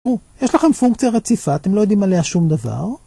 יש לכם פונקציה רציפה אתם לא יודעים עליה שום דבר.